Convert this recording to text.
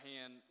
hand